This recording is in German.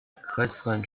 kreisfreien